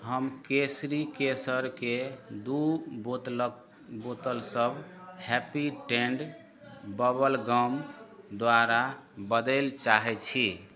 हम केसरी केसरक दू बोतल सभकेँ हैप्पी डेण्ट बबलगम द्वारा बदलय चाहैत छी